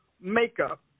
makeup